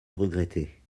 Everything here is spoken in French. regretter